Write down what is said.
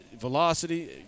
Velocity